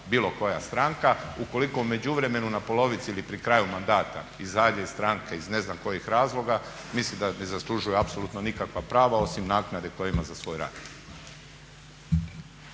bilo koja stranka. Ukoliko u međuvremenu na polovici ili pri kraju mandata izađe iz stranke iz ne znam kojih razloga mislim da ne zaslužuje apsolutno nikakva prava osim naknade koju ima za svoj rad.